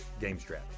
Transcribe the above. GameStrap